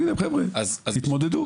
יגידו תתמודדו.